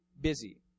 busy